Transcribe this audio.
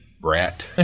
brat